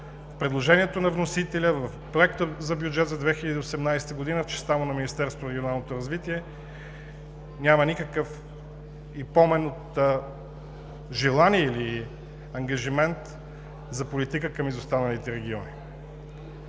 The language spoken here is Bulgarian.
предложението на вносителя в Проекта за бюджет за 2018 г., в частта на Министерството на регионалното развитие, няма никакъв помен от желание или ангажимент за политика към изостаналите региони.